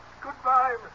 Goodbye